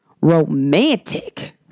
romantic